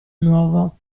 nuovo